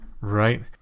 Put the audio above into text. Right